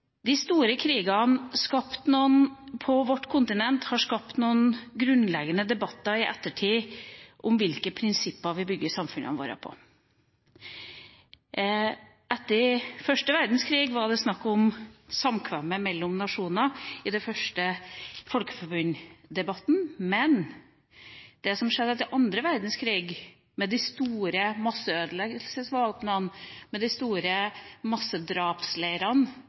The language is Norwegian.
De store krigene på vårt kontinent har i ettertid skapt noen grunnleggende debatter om hvilke prinsipper vi bygger samfunnet vårt på. Etter første verdenskrig var det snakk om samkvemmet mellom nasjoner i debatten om det første Folkeforbundet. Men det som skjedde etter andre verdenskrig, med de store masseødeleggelsesvåpnene og de store